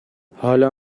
حالا